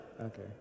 Okay